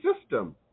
system